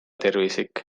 tervislik